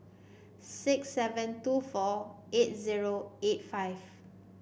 six seven two four eight zero eight five